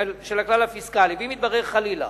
אם יתברר, חלילה,